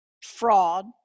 fraud